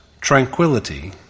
tranquility